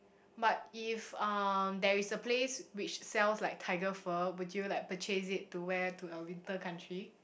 but if um there is a place which sells like tiger fur would you like purchase it wear to a winter country